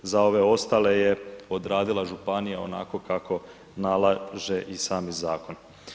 Za ove ostale je odradila županija onako kako nalaže i sam zakon.